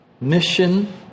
Mission